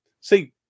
see